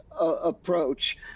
approach